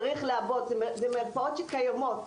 צריך לעבוד במרפאות שקיימות,